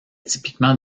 typiquement